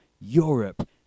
Europe